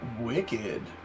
Wicked